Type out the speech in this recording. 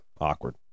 awkward